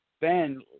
Ben